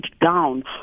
down